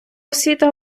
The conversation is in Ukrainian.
освіта